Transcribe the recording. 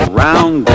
round